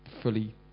fully